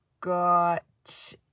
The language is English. got